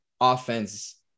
offense